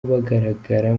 bagaragara